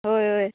ओय ओय